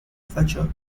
fletcher